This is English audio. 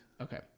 Okay